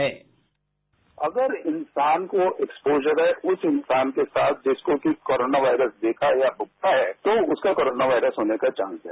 bite अगर इंसानको exposure है उस इंसान के साथ जिसको कि कोरोना वायरस देखा या भुगताहै तो उसका कोरोना वायरस होने का चांस है